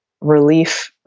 relief